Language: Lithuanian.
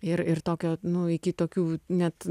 ir ir tokio nu iki tokių net